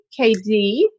KD